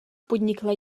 podnikla